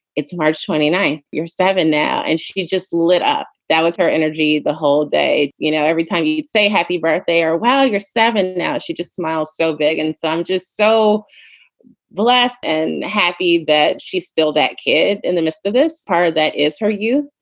it's march twenty nine seven now. and she just lit up. that was her energy the whole day. you know, every time you you say happy birthday or wow, you're seven now. she just smiles so big. and so i'm just so blessed and happy that she's still that kid in the midst of this. part of that is her youth.